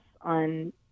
on